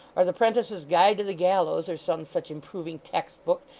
or the prentice's guide to the gallows, or some such improving textbook.